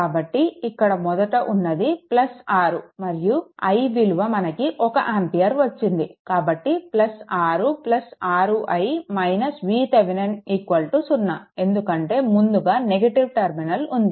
కాబట్టి ఇక్కడ మొదట ఉన్నది 6 మరియు i విలువ మనకు 1 ఆంపియర్ వచ్చింది కాబట్టి 66i VThevenin 0 ఎందుకంటే ముందుగా నెగటివ్ టర్మినల్ ఉంది